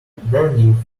burning